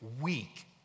weak